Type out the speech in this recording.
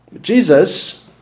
Jesus